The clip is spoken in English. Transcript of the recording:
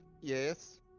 Yes